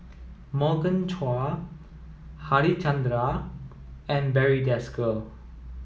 Morgan Chua Harichandra and Barry Desker